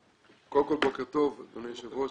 קודם כול, בוקר טוב, אדוני היושב-ראש,